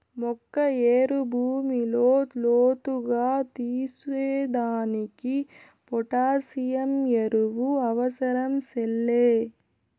మొక్క ఏరు భూమిలో లోతుగా తీసేదానికి పొటాసియం ఎరువు అవసరం సెల్లే